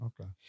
Okay